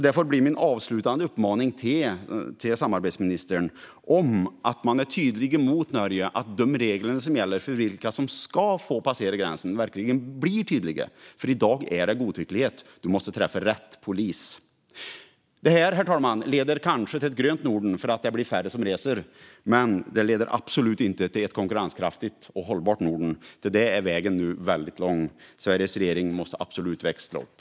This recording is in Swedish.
Därför blir min avslutande uppmaning till samarbetsministern att man är tydlig mot Norge så att de regler som gäller för vilka som ska få passera gränsen verkligen blir tydliga. I dag är det godtyckligt. Du måste träffa rätt polis. Herr talman! Detta leder kanske till ett grönt Norden för att det blir färre som reser. Men det leder absolut inte till ett konkurrenskraftigt och hållbart Norden. Till det är vägen nu väldigt lång. Sveriges regering måste absolut växla upp.